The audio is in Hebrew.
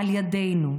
על ידינו.